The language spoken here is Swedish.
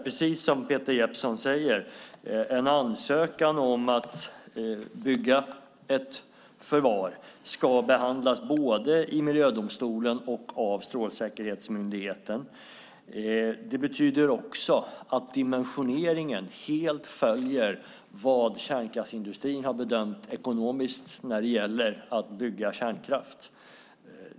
Precis som Peter Jeppsson sade ska en ansökan om att bygga ett förvar behandlas både i Miljödomstolen och av Strålsäkerhetsmyndigheten. Det betyder också att dimensioneringen helt följer vad kärnkraftsindustrin har bedömt ekonomiskt när det gäller att bygga kärnkraft.